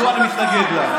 מדוע אני מתנגד לה?